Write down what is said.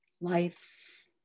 life